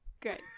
Good